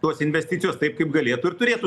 tos investicijos taip kaip galėtų ir turėtų